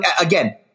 again